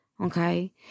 okay